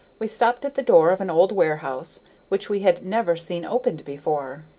we stopped at the door of an old warehouse which we had never seen opened before.